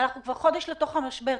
אנחנו כבר חודש לתוך המשבר.